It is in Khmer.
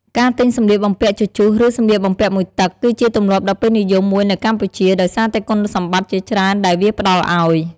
ការទិញសម្លៀកបំពាក់ជជុះ ឬ សម្លៀកបំពាក់មួយទឹក គឺជាទម្លាប់ដ៏ពេញនិយមមួយនៅកម្ពុជា ដោយសារតែគុណសម្បត្តិជាច្រើនដែលវាផ្ដល់អោយ។